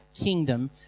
kingdom